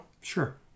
Sure